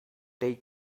they